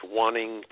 wanting